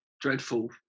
dreadful